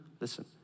Listen